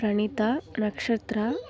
Pranitha Nakshatra